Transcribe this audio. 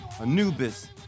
Anubis